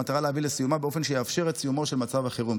במטרה להביא לסיומה באופן שיאפשר את סיומו של מצב החירום.